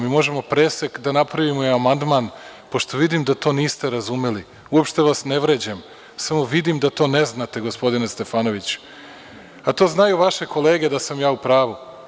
Mi možemo presek da napravimo i amandman, pošto vidim da to niste razumeli i uopšte vas ne vređam, samo vidim da to ne znate, gospodine Stefanoviću, a znaju vaše kolege da sam ja u pravu.